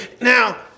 Now